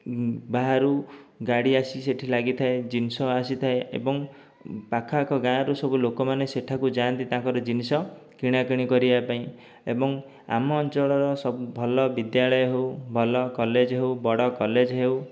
ବାହାରୁ ଗାଡ଼ି ଆସି ସେଇଠି ଲାଗିଥାଏ ଜିନିଷ ଆସିଥାଏ ଏବଂ ପାଖଆଖ ଗାଁରୁ ସବୁ ଲୋକମାନେ ସେଠାକୁ ଯାଆନ୍ତି ତାଙ୍କର ଜିନିଷ କିଣାକିଣି କରିବା ପାଇଁ ଏବଂ ଆମ ଅଞ୍ଚଳର ସବୁ ଭଲ ବିଦ୍ୟାଳୟ ହେଉ ଭଲ କଲେଜ୍ ହେଉ ବଡ଼ କଲେଜ୍ ହେଉ